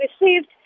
received